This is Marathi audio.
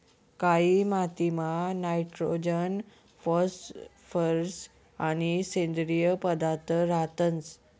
कायी मातीमा नायट्रोजन फॉस्फरस आणि सेंद्रिय पदार्थ रातंस